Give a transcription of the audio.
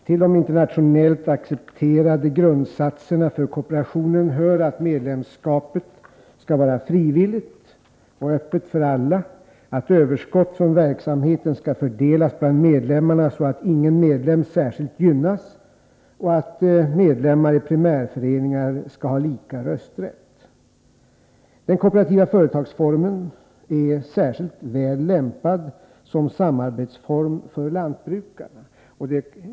Till de internationellt accepterade grundsatserna för kooperationen hör att medlemskapet skall vara frivilligt och öppet för alla, att överskott från verksamheten skall fördelas bland medlemmarna så att ingen medlem särskilt gynnas och att medlemmar i primärföreningar skall ha lika rösträtt. Den kooperativa företagsformen är särskilt väl lämpad som samarbetsform för lantbrukarna.